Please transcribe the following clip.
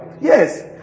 yes